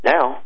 Now